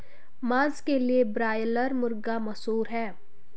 मांस के लिए ब्रायलर मुर्गा मशहूर है